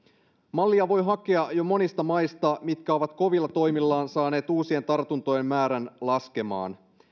mallia voi hakea jo monista maista jotka ovat kovilla toimillaan saaneet uusien tartuntojen määrän laskemaan